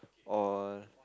all